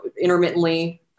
intermittently